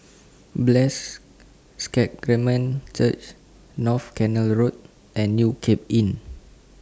Blessed Sacrament Church North Canal Road and New Cape Inn